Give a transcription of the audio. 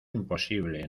imposible